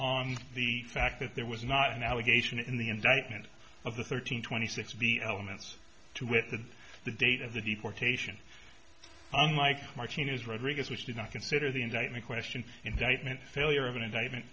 on the fact that there was not an allegation in the indictment of the thirteen twenty six b elements to wit the the date of the deportation i'm michel martin is rodriguez which do not consider the indictment question indictment failure of an indictment